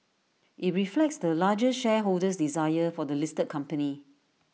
IT reflects the largest shareholder's desire for the listed company